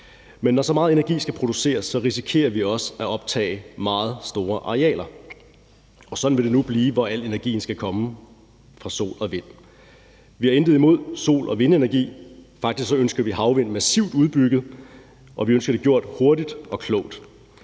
Men når så meget energi skal produceres, risikerer vi også at optage meget store arealer, og sådan vil det nu blive, hvor al energien skal komme fra sol og vind. Vi har intet imod sol- og vindenergi. Faktisk ønsker vi havvindenergi massivt udbygget, og vi ønsker det gjort hurtigt og klogt.